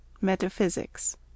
Metaphysics